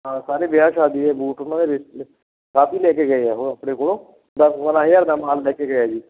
ਹਾਂ ਸਾਰੇ ਵਿਆਹ ਸ਼ਾਦੀ ਦੇ ਬੂਟ ਉਹਨਾਂ ਦੇ ਕਾਫੀ ਲੈ ਕੇ ਗਏ ਆ ਉਹ ਆਪਣੇ ਕੋਲੋਂ ਦਸ ਬਾਰ੍ਹਾਂ ਹਜ਼ਾਰ ਦਾ ਮਾਲ ਲੈ ਕੇ ਗਏ ਆ ਜੀ